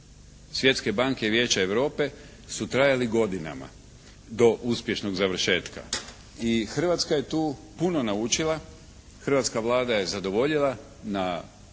Svjetske banke i Vijeća Europe su trajali godinama do uspješnog završetka. I Hrvatska je tu puno naučila. Hrvatska Vlada je zadovoljila na praktično